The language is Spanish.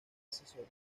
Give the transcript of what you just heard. asesoría